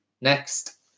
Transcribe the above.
Next